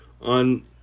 on